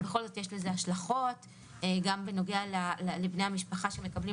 בכל זאת יש לזה השלכות גם בנוגע לבני המשפחה שמקבלים